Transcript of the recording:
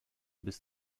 bis